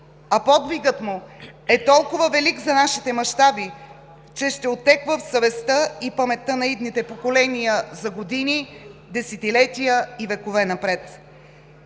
а подвигът му е толкова велик за нашите мащаби, че ще отеква в съвестта и паметта на идните поколения за години, десетилетия и векове напред.